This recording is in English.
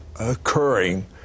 occurring